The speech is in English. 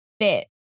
fit